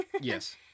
Yes